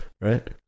right